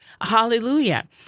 Hallelujah